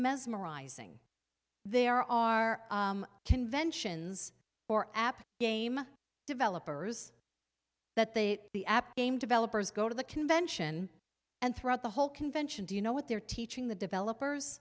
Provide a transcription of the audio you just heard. mesmerizing there are conventions or app game developers that they the app game developers go to the convention and throughout the whole convention do you know what they're teaching the developers